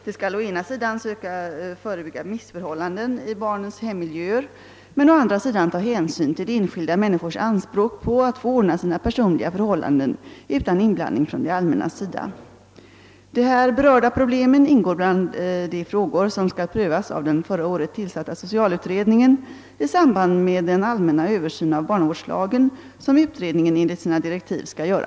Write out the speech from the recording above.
De skall å ena sidan försöka förebygga missförhållanden i barnens hemmiljöer men å andra sidan ta hänsyn till enskilda människors anspråk på att få ordna sina personliga förhållanden utan inblandning från det allmännas sida. De här berörda problemen ingår bland de frågor som skall prövas av den förra året tillsatta socialutredningen i samband med den allmänna översyn av barnavårdslagen som utredningen enligt sina direktiv skall göra.